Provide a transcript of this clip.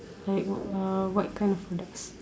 like uh what kind of products